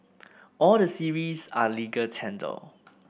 all the series are legal tender